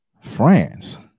France